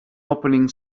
opening